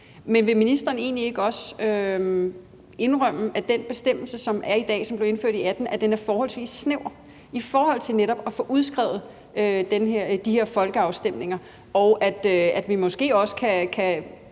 Men vil ministeren egentlig ikke også indrømme, at den bestemmelse, der er i dag, og som blev indført i 2018, er forholdsvis snæver i forhold til netop at få udskrevet de her folkeafstemninger, og at vi også rent